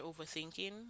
overthinking